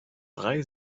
drei